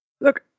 look